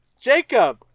Jacob